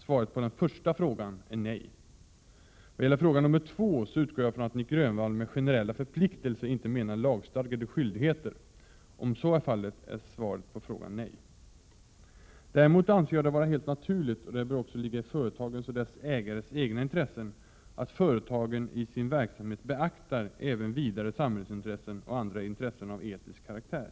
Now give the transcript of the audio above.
Svaret på den första frågan är nej. Vad gäller fråga nr 2 utgår jag från att Nic Grönvall med ”generella förpliktelser” inte menar lagstadgade skyldigheter. Om så är fallet är svaret på frågan nej. Däremot anser jag det vara helt naturligt, och det bör också ligga i företagens och dess ägares egna intressen, att företagen i sin verksamhet beaktar även vidare samhällsintressen och andra intressen av etisk karaktär.